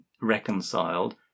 reconciled